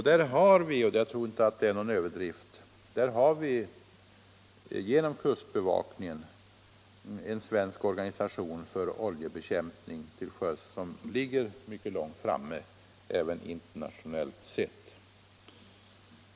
Där har vi — jag tror inte det är någon överdrift — genom kustbevakningen en svensk organisation för oljebekämpning till sjöss som ligger mycket långt framme även internationellt sett.